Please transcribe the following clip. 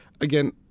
again